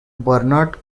bernard